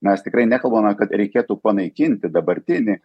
mes tikrai nekalbame kad reikėtų panaikinti dabartinį